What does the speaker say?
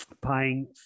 paying